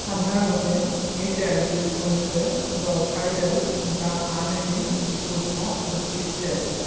সাধাৰণতে এই তেলবিধ হৈছে জলফাই তেল বা আন এবিধ বিশুদ্ধ উদ্ভিদ তেল